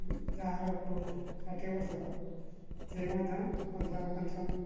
ଯାହାର ଷାଠିଏ ବର୍ଷ ସେ ମଧ୍ୟ ମଧୁବାବୁ ପେନ୍ସନ୍